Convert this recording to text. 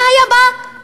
זה היה בעיתון,